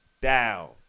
down